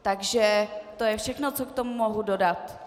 Takže to je všechno, co k tomu mohu dodat.